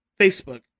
Facebook